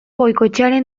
goikoetxearen